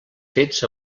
fets